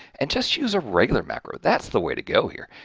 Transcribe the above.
and just use a regular macro, that's the way to go here.